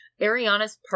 ariana's